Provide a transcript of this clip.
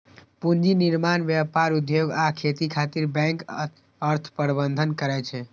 पूंजी निर्माण, व्यापार, उद्योग आ खेती खातिर बैंक अर्थ प्रबंधन करै छै